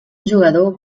jugador